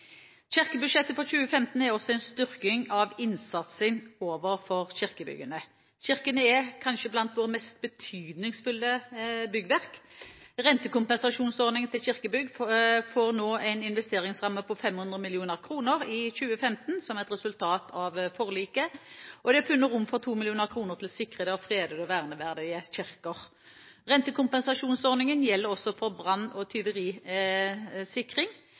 Kirkebudsjettet for 2015 er også en styrking av innsatsen overfor kirkebyggene. Kirkene er kanskje blant våre mest betydningsfulle byggverk. Rentekompensasjonsordningen til kirkebygg får en investeringsramme på 500 mill. kr i 2015 som et resultat av forliket, og det er funnet rom for 2 mill. kr til sikrede, fredede og verneverdige kirker. Rentekompensasjonsordningen gjelder også for brann- og tyverisikring,